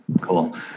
cool